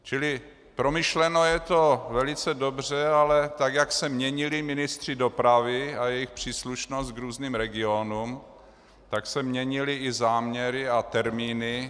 Čili promyšleno je to velice dobře, ale tak jak se měnili ministři dopravy a jejich příslušnost k různým regionům, tak se měnily i záměry a termíny.